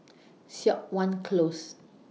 Siok Wan Close